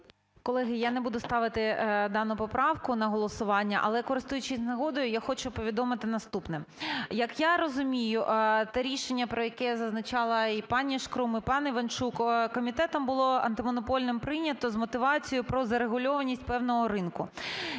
Колеги, я не буду ставити дану поправку на голосування, але, користуючись нагодою, я хочу повідомити наступне. Як я розумію, те рішення, про яке зазначали і пані Шкрум, і пан Іванчук, комітетом було антимонопольним прийняте з мотивацією про зарегульованість певного ринку.